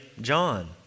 John